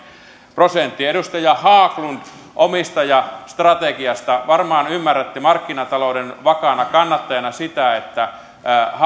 prosenttiin edustaja haglund omistajastrategiasta varmaan ymmärrätte markkinatalouden vakaana kannattajana sitä että